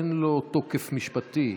אין לו תוקף משפטי,